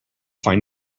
find